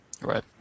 Right